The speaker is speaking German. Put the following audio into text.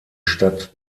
stadt